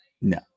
No